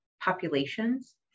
populations